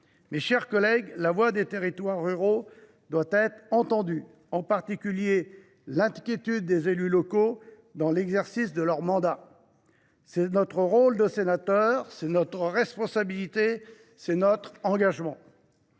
Mes chers collègues, la voix des territoires ruraux doit être entendue. Je pense en particulier à l’inquiétude des élus locaux dans l’exercice de leur mandat. C’est notre rôle de sénateurs ; c’est notre responsabilité ; c’est notre engagement.